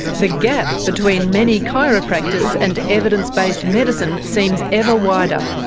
the gap between many chiropractors and evidence-based medicine seems ever wider.